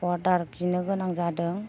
order बिनो गोनां जादों